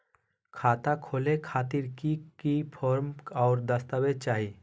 खाता खोले खातिर की की फॉर्म और दस्तावेज चाही?